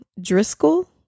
driscoll